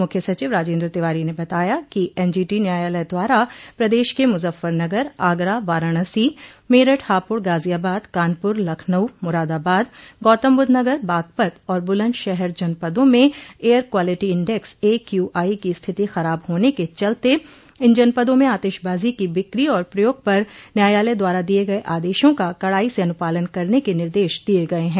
मुख्य सचिव राजेन्द्र तिवारी ने बताया कि एनजीटी न्यायालय द्वारा प्रदेश के मुजफ्फरनगर आगरा वाराणसी मेरठ हापुड़ गाजियाबाद कानपुर लखनऊ मुरादाबाद गौतमबुद्ध नगर बागपत और बुलन्दशहर जनपदों में एयर क्वालिटी इंडेक्स एक्यूआई की स्थिति खराब होने के चलते इन जनपदों में आतिशबाजी की बिक्री और प्रयोग पर न्यायालय द्वारा दिये गये आदेशों का कड़ाई से अनुपालन करने के निर्देश दिये गये हैं